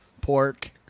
pork